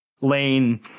lane